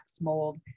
mold